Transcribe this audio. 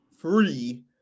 free